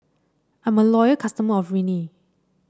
I'm a loyal customer of Rene